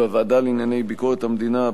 בוועדה לענייני ביקורת המדינה,